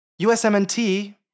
USMNT